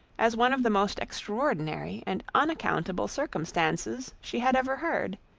as one of the most extraordinary and unaccountable circumstances she had ever heard.